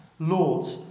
Lord